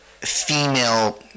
female